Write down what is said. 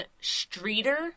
Streeter